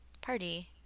party